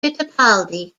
fittipaldi